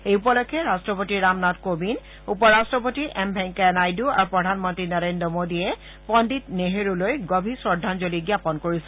এই উপলক্ষে ৰাট্টপতি ৰামনাথ কোবিন্দ উপৰাট্টপতি এম ভেংকায়া নাইডু আৰু প্ৰধানমন্ত্ৰী নৰেন্দ্ৰ মোদীয়ে পণ্ডিত নেহৰুলৈ গভীৰ শ্ৰদ্ধাঞ্জলী জ্ঞাপন কৰিছে